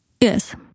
Yes